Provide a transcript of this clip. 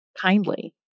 kindly